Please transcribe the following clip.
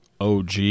OG